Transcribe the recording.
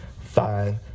Five